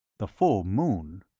the full moon?